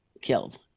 killed